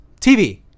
TV